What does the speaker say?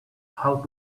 how